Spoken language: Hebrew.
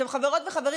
חברות וחברים,